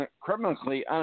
criminally